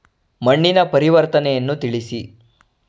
ಮಣ್ಣಿನ ಪರಿವರ್ತನೆಯನ್ನು ತಿಳಿಸಿ?